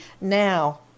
Now